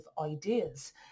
ideas